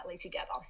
together